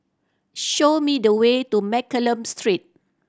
show me the way to Mccallum Street